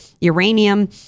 uranium